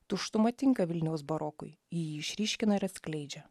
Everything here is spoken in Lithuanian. tuštuma tinka vilniaus barokui jį išryškina ir atskleidžia